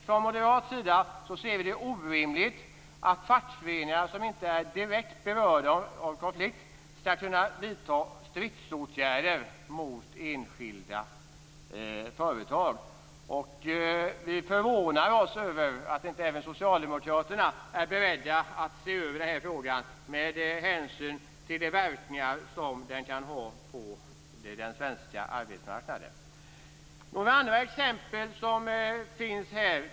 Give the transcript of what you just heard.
Från moderat sida anser vi att det är orimligt att fackföreningar som inte är direkt berörda av en konflikt skall kunna vidta stridsåtgärder mot enskilda företag. Vi är förvånade över att inte också Socialdemokraterna är beredda att se över denna fråga med hänsyn till de verkningar som den kan ha på den svenska arbetsmarknaden.